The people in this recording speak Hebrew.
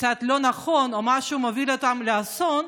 קצת לא נכון או משהו מוביל אותם לאסון,